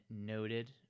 noted